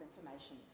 information